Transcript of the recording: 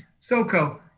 SoCo